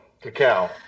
Cacao